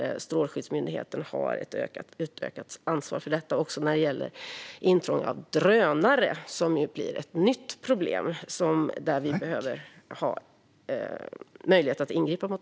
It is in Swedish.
Strålskyddsmyndigheten får därmed ett utökat ansvar också när det gäller intrång av drönare, som ju är ett nytt problem och som vi behöver ha möjlighet att ingripa mot.